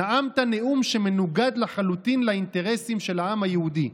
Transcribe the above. נאמת נאום שמנוגד לחלוטין לאינטרסים של העם היהודי,